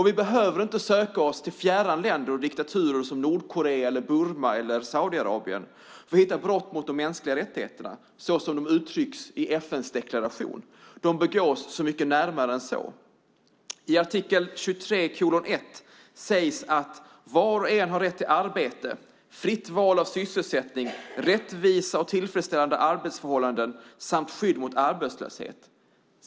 Vi behöver inte söka oss till fjärran länder och diktaturer som Nordkorea, Burma eller Saudiarabien för att hitta brott mot de mänskliga rättigheterna såsom de uttrycks i FN:s deklaration. De begås så mycket närmare oss än så. I artikel 23:1 sägs att "var och en har rätt till arbete, fritt val av sysselsättning, rättvisa och tillfredsställande arbetsförhållanden samt till skydd mot arbetslöshet".